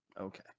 Okay